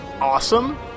awesome